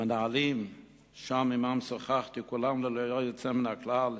המנהלים שם, שעמם שוחחתי, כולם, ללא יוצא מן הכלל,